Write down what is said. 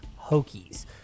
Hokies